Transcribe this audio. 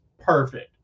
perfect